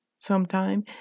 sometime